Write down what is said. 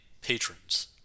patrons